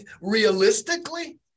realistically